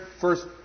first